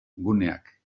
guneak